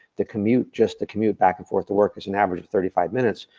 the commute, just the commute back and forth to work was an average of thirty five minutes.